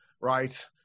right